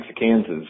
Kansas